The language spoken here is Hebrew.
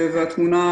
והתמונה,